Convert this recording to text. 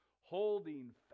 holding